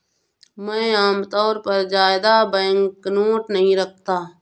मैं आमतौर पर ज्यादा बैंकनोट नहीं रखता